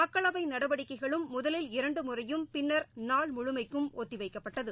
மக்களவைநடவடிக்கைகளும் முதலில் இரண்டுமுறையும் பின்னர் நாள் முழுமைக்கும் ஒத்திவைக்கப்பட்டது